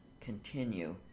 continue